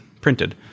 printed